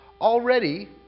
Already